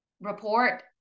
report